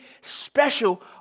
special